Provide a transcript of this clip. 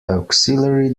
auxiliary